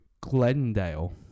Glendale